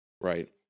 Right